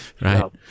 Right